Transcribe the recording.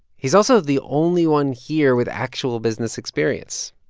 he's also the only one here with actual business experience.